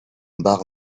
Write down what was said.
barre